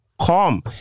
Calm